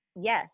Yes